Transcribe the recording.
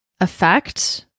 effect